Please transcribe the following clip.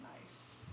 Nice